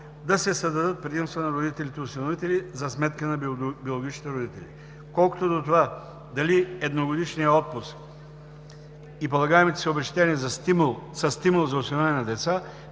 да се създадат предимства на родителите осиновители за сметка на биологичните родители. Колкото до това дали едногодишният отпуск и полагаемите се обезщетения са стимул за осиновяване на деца,